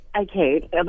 okay